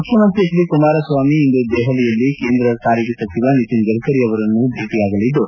ಮುಖ್ಯಮಂತ್ರಿ H D Kumaraswamy ಇಂದು ದೆಹಲಿಯಲ್ಲಿ ಕೇಂದ್ರ ರಸ್ತೆ ಸಾರಿಗೆ ಮತ್ತು ಹೆದ್ದಾರಿ ಸಚಿವ ನಿತಿನ್ ಗಡ್ಕರಿ ಅವರನ್ನು ಭೇಟಿಯಾಗಲಿದ್ದು